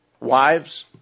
Wives